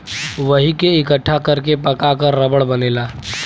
वही के इकट्ठा कर के पका क रबड़ बनेला